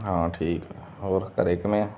ਹਾਂ ਠੀਕ ਹੋਰ ਘਰ ਕਿਵੇਂ